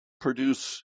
produce